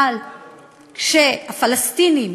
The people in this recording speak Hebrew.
אבל כשהפלסטינים